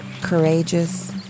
courageous